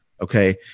Okay